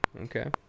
Okay